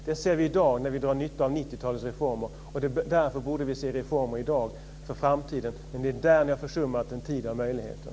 Det ser vi i dag när vi drar nytta av 90-talets reformer. Därför borde vi se reformer i dag för framtiden. Det är i det avseendet ni har försummat en tid av möjligheter.